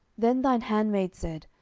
then thine handmaid said,